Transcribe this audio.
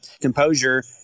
composure